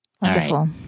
Wonderful